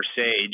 Sage